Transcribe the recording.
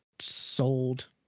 sold